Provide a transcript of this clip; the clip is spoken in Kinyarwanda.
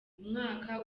umwaka